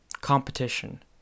competition